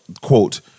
quote